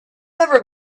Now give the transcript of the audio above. ever